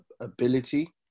ability